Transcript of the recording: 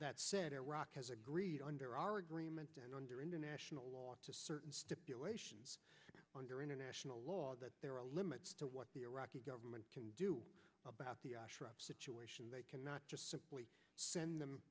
that said iraq has agreed under our agreement and under international law to certain stipulations under international law there are limits to what the iraqi government can do about the situation they cannot just simply send them